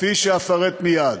כפי שאפרט מייד.